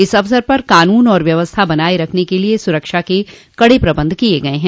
इस अवसर पर कानून और व्यवस्था बनाये रखने के लिए सुरक्षा के कड़े प्रबंध किये गये हैं